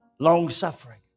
Long-suffering